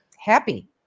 Happy